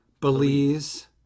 Belize